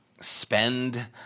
spend